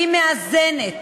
מאזנת